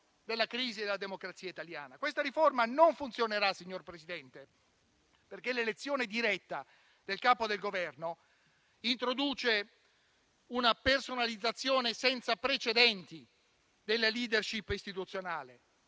Questa riforma non funzionerà, signor Presidente, perché l'elezione diretta del Capo del Governo introduce una personalizzazione senza precedenti della *leadership* istituzionale: